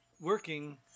working